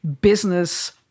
business